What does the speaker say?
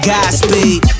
Godspeed